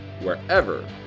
wherever